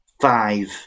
five